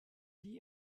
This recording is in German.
wie